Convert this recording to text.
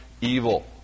evil